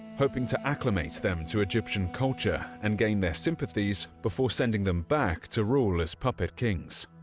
hoping to acclimate them to egyptian culture and gain their sympathies before sending them back to rule as puppet kings.